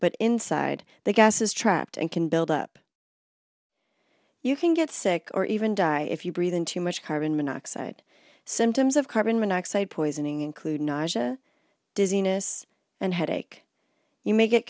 but inside the gas is trapped and can build up you can get sick or even die if you breathe and too much carbon monoxide symptoms of carbon monoxide poisoning include najah dizziness and headache you may get